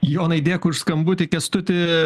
jonai dėkui už skambutį kęstuti